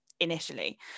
initially